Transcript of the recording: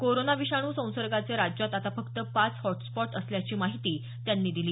corona विषाणू संसर्गाचे राज्यात आता फक्त पाच हॉटस्पॉट असल्याची माहिती त्यांनी दिली